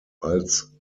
als